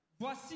Voici